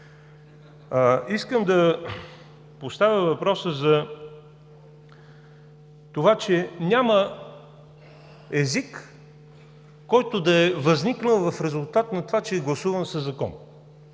Искам да поставя въпроса за това, че няма език, който да е възникнал в резултат на това, че е гласуван със закон.